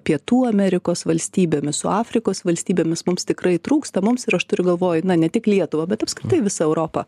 pietų amerikos valstybėmis su afrikos valstybėmis mums tikrai trūksta mums ir aš turiu galvoj ne tik lietuvą bet apskritai visą europą